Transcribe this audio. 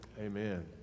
Amen